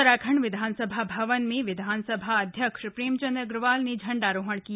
उत्तराखंड विधानसभा भवन में विधानसभा अध्यक्ष प्रेमचंद अग्रवाल ने झंडारोहण किया